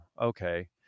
okay